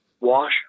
Wash